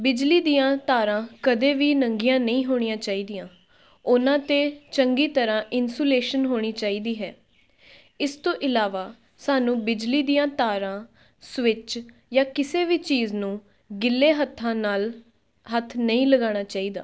ਬਿਜਲੀ ਦੀਆਂ ਤਾਰਾਂ ਕਦੇ ਵੀ ਨੰਗੀਆਂ ਨਹੀਂ ਹੋਣੀਆਂ ਚਾਹੀਦੀਆਂ ਉਹਨਾਂ 'ਤੇ ਚੰਗੀ ਤਰ੍ਹਾਂ ਇੰਸੂਲੇਸ਼ਨ ਹੋਣੀ ਚਾਹੀਦੀ ਹੈ ਇਸ ਤੋਂ ਇਲਾਵਾ ਸਾਨੂੰ ਬਿਜਲੀ ਦੀਆਂ ਤਾਰਾਂ ਸਵਿੱਚ ਜਾਂ ਕਿਸੇ ਵੀ ਚੀਜ਼ ਨੂੰ ਗਿੱਲੇ ਹੱਥਾਂ ਨਾਲ ਹੱਥ ਨਹੀਂ ਲਗਾਉਣਾ ਚਾਹੀਦਾ